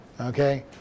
okay